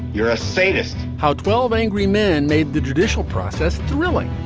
you're a sadist how twelve angry men made the judicial process thrilling.